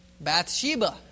Bathsheba